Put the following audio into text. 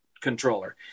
controller